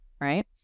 right